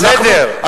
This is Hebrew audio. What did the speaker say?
בסדר.